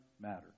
matter